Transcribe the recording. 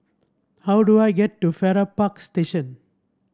how do I get to Farrer Park Station